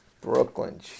Brooklyn